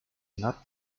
not